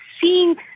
seeing